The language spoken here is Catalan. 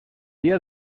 dia